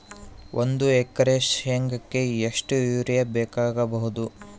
ಒಂದು ಎಕರೆ ಶೆಂಗಕ್ಕೆ ಎಷ್ಟು ಯೂರಿಯಾ ಬೇಕಾಗಬಹುದು?